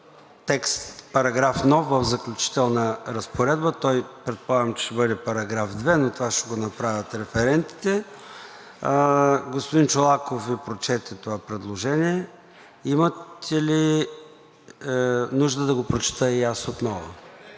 текст, параграф нов в заключителна разпоредба. Предполагам, че ще бъде § 2, но това ще го направят референтите. Господин Чолаков Ви прочете това предложение. Имате ли нужда да го прочета и аз отново?